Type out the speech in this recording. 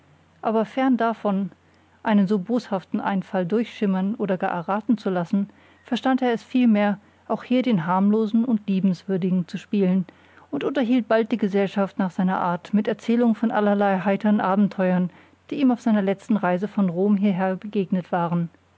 aber fern davon einen so boshaften einfall durchschimmern oder gar erraten zu lassen verstand er es vielmehr auch hier den harmlosen und liebenswürdigen zu spielen und unterhielt bald die gesellschaft nach seiner art mit der erzählung von allerlei heitern abenteuern die ihm auf seiner letzten reise von rom hierher begegnet waren